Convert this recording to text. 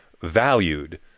valued